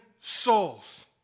souls